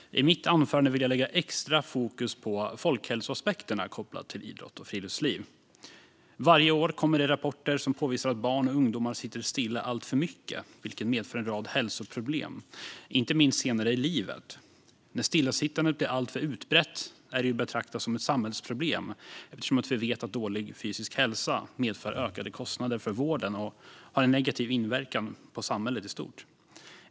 I mitt anförande vill jag lägga extra fokus på folkhälsoaspekterna kopplade till idrott och friluftsliv. Varje år kommer det rapporter som påvisar att barn och ungdomar sitter stilla alltför mycket. Det medför en rad hälsoproblem, inte minst senare i livet. När stillasittandet blir alltför utbrett är det att betrakta som ett samhällsproblem, eftersom dålig fysisk hälsa medför ökade kostnader för vården och har en negativ inverkan på samhället i stort.